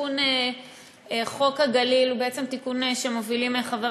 תיקון חוק הגליל הוא בעצם תיקון שמובילים חבר